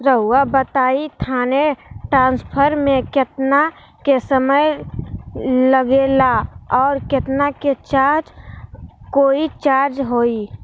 रहुआ बताएं थाने ट्रांसफर में कितना के समय लेगेला और कितना के चार्ज कोई चार्ज होई?